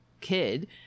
kid